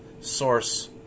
source